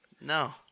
No